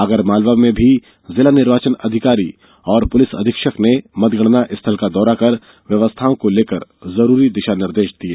आगरमालवा में भी जिला निर्वाचन अधिकारी और पुलिस अधीक्षक ने मतगणना स्थल का दौरा कर व्यवस्थाओं को लेकर जरूरी दिशानिर्देश दिये